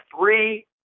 three